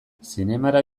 zinemara